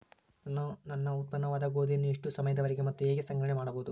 ನಾನು ನನ್ನ ಉತ್ಪನ್ನವಾದ ಗೋಧಿಯನ್ನು ಎಷ್ಟು ಸಮಯದವರೆಗೆ ಮತ್ತು ಹೇಗೆ ಸಂಗ್ರಹಣೆ ಮಾಡಬಹುದು?